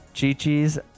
Chi-Chi's